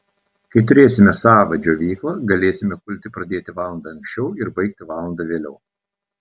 kai turėsime savą džiovyklą galėsime kulti pradėti valanda anksčiau ir baigti valanda vėliau